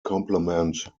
complement